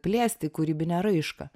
plėsti kūrybinę raišką